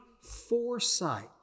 foresight